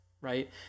right